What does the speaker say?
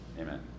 Amen